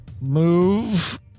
Move